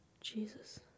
Jesus